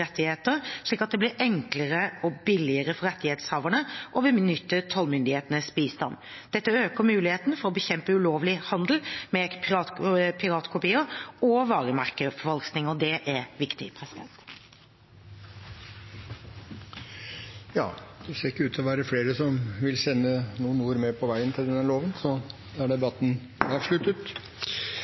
slik at det blir enklere og billigere for rettighetshaverne å benytte tollmyndighetenes bistand. Dette vil øke muligheten for å bekjempe ulovlig handel med piratkopier og varemerkeforfalskninger, og det er viktig. Det ser ikke ut til å være flere som vil sende noen ord med på veien til denne loven. Dermed er debatten i sakene nr. 16 og 17 avsluttet.